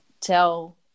tell